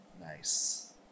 nice